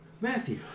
Matthew